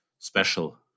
Special